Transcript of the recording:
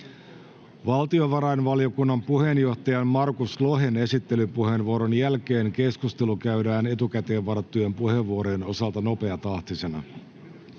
Valtiovarainvaliokunnan puheenjohtajan Markus Lohen esittelypuheenvuoron jälkeen keskustelu käydään etukäteen varattujen puheenvuorojen osalta nopeatahtisena.